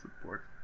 support